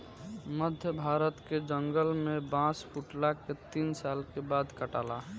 मध्य भारत के जंगल में बांस फुटला के तीन साल के बाद काटाला